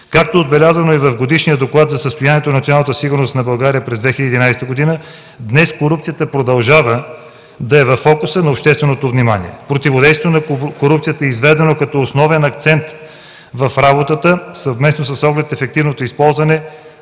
Както е отбелязано и в Годишния доклад за състоянието на националната сигурност на България през 2011 г., днес корупцията продължава да е във фокуса на общественото внимание. Противодействието на корупцията е изведено като основен акцент в работата съвместно с оглед ефективното използване